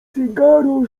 cygaro